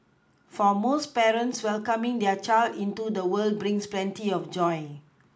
for most parents welcoming their child into the world brings plenty of joy